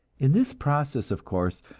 in this process, of course,